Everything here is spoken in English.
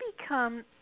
become